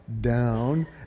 down